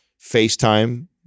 FaceTime